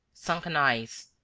sunken eyes,